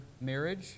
marriage